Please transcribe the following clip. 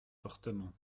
fortement